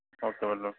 okay madam